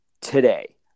today